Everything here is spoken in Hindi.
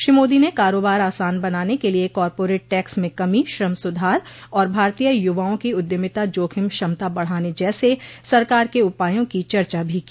श्री मोदी ने कारोबार आसान बनाने के लिए कॉरपोरेट टैक्स में कमी श्रम सुधार और भारतीय युवाओं की उद्यमिता जोखिम क्षमता बढाने जैसे सरकार के उपायों की चर्चा भी की